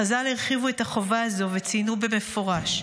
חז"ל הרחיבו את החובה הזו וציינו במפורש: